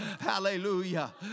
Hallelujah